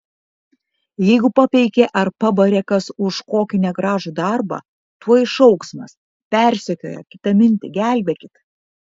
jeigu papeikė ar pabarė kas už kokį negražų darbą tuoj šauksmas persekioja kitamintį gelbėkit